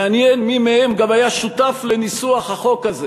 מעניין מי מהם גם היה שותף לניסוח החוק הזה